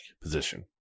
position